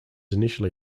initially